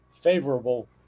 favorable